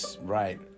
right